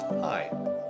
Hi